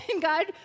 God